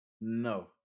No